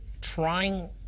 trying